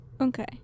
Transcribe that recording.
Okay